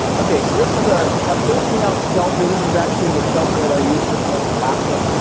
okay. so this is a ah thirteen ounce shelter. this is actually the shelter that i used with me up in alaska.